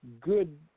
good –